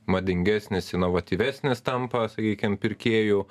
madingesnis inovatyvesnis tampa sakykim pirkėjų